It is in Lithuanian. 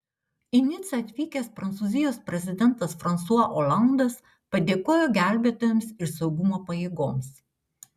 į nicą atvykęs prancūzijos prezidentas fransua olandas padėkojo gelbėtojams ir saugumo pajėgoms